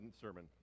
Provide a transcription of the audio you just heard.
sermon